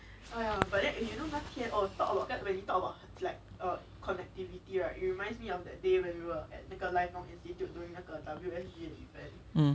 um